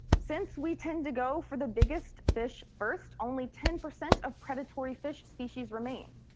since we tend to go for the biggest fish first, only ten percent of predatory fish species remain,